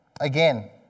Again